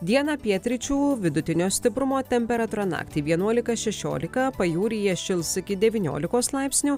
dieną pietryčių vidutinio stiprumo temperatūra naktį vienuolika šešiolika pajūryje šils iki devyniolikos laipsnių